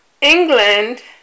England